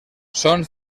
són